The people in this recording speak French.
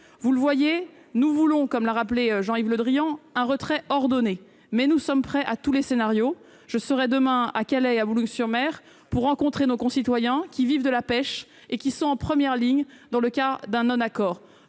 Vous le voyez, nous voulons- Jean-Yves Le Drian l'a rappelé -un retrait ordonné. Mais nous sommes prêts à tous les scénarios. Je serai demain à Calais et à Boulogne-sur-Mer pour rencontrer nos concitoyens qui vivent de la pêche et qui seraient en première ligne en cas d'absence d'accord.